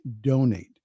donate